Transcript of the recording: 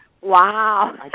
Wow